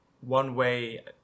one-way